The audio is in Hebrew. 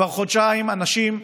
כבר חודשיים אנשים,